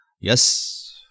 yes